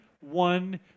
one